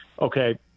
okay